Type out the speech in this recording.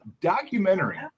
documentary